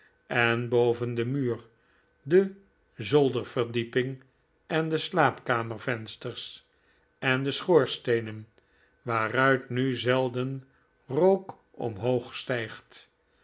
en boven den muur de zolderverdieping en de slaapkamervensters en de schoorsteenen waaruit nu zelden rook omhoog stijgt